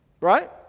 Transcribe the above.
Right